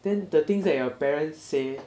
then the things that your parents say